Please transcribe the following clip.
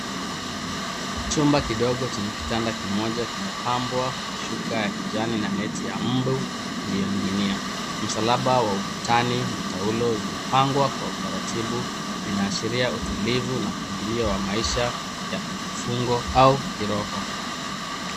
Chumba kidogo chenye kitanda kimoja kimepambwa kwa shuka ya kijani na neti mbu iliyoning'inia. Msalaba wa ukutani na taulo zimepangwa Kwa utaratibu vinaashiria utulivu na mpangilio wa maisha ya kifungo au kiroho.